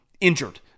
injured